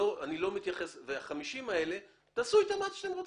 עם ה-50 האלה תעשו מה שאתם רוצים.